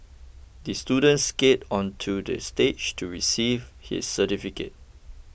the student skated onto the stage to receive his certificate